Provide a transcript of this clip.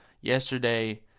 Yesterday